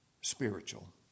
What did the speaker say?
spiritual